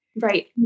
Right